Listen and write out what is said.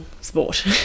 sport